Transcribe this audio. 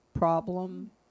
problem